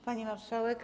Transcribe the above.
Pani Marszałek!